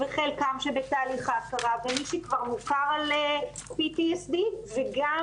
וחלקם שבתהליך ההכרה ומי שכבר מוכר על PTSD וגם,